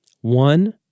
One